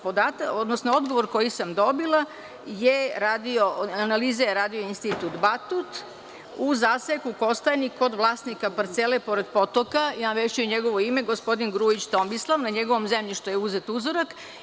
Podatak, odnosno odgovor koji sam dobila je radio, analize je radio Institut Batut u zaseku Kostajnik kod vlasnika parcele pored potoka, reći ću njegovo ime, gospodin Grujić Tomislav, na njegovom zemljištu je uzet uzorak.